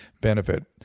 benefit